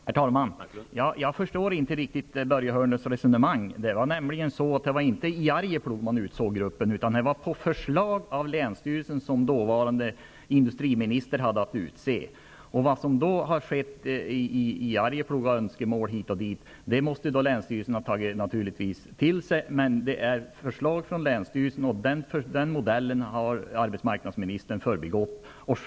Herr talman! Jag förstår inte riktigt Börje Hörn lunds resonemang. Gruppen utsågs inte i Arje plog. Det var på förslag av länsstyrelsen som dåva rande industriministern hade att utse denna grupp. Länsstyrelsen måste naturligtvis ha tagit till sig av önskemål i Arjeplog. Men det har varit förslag från länsstyrelsen, och den modellen har arbetsmarknadsministern förbigått.